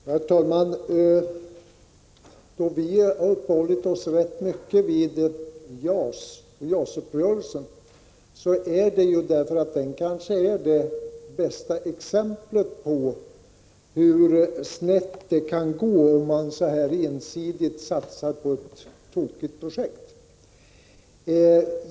Herr talman! Att vi uppehöll oss rätt mycket vid JAS-uppgörelsen beror på att den kanske är det bästa exemplet på hur snett det kan gå, om man ensidigt satsar på ett tokigt projekt.